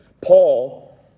Paul